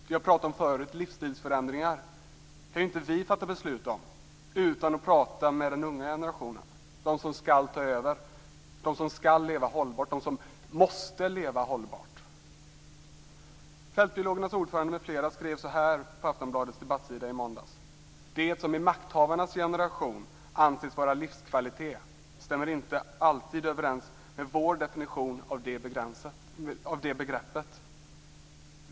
Det jag pratade om förut, livsstilsförändringar, kan vi ju inte fatta beslut om utan att prata med den unga generationen, med dem som skall ta över, dem som skall leva hållbart, dem som måste leva hållbart. Fältbiologernas ordförande m.fl. skrev så här på Aftonbladets debattsida i måndags: "- det som i makthavarnas generation anses vara livskvalitet stämmer inte alltid överens med vår definition av begreppet."